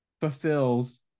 fulfills